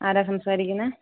ആരാണ് സംസാരിക്കുന്നത്